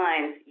lines